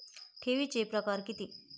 ठेवीचे प्रकार किती?